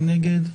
מי נגד?